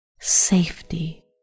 safety